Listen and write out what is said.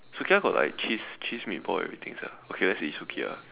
Sukiya got like got cheese cheese meatball everything sia okay let's eat Sukiya